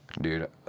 Dude